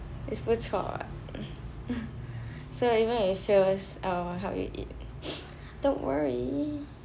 is 不错啦 so even if it fails I will help you eat don't worry